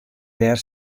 dêr